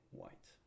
white